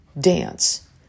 dance